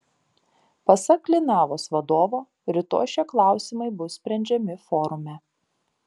pasak linavos vadovo rytoj šie klausimai bus sprendžiami forume